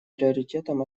приоритетом